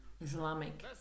Islamic